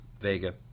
Vega